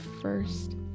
first